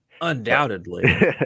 undoubtedly